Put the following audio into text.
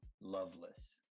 Loveless